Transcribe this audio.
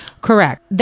Correct